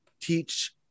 teach